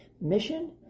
mission